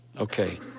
Okay